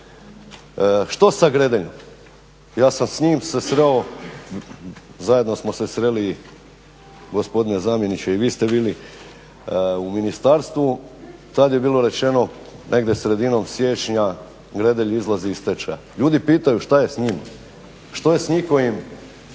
što sa Gredeljom. Ja sam s njim se sreo, zajedno smo se sreli gospodine zamjeniče i vi ste bili u ministarstvu. Tad je bilo rečeno negdje sredinom siječnja Gredelj izlazi iz stečaja. Ljudi pitaju šta je s njima? Što je s njihovim